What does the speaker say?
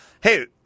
Hey